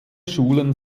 schulen